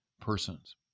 persons